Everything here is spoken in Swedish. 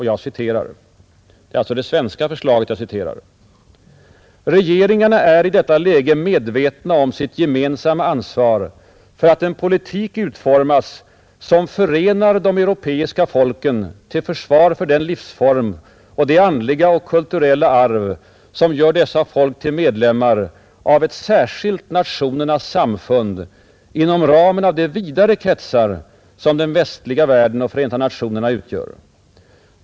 Jag citerar det svenska förslaget: ”Regeringarna är i detta läge medvetna om sitt gemensamma ansvar för att en politik utformas, som förenar de europeiska folken till försvar för den livsform och det andliga och kulturella arv, som gör dessa folk till medlemmar av ett särskilt nationernas samfund inom ramen av de vidare kretsar som den västliga världen och Förenta nationerna utgör.